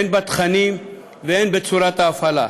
הן בתכנים והן בצורת ההפעלה.